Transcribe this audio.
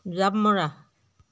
জাঁপ মৰা